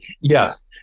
Yes